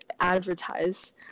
advertise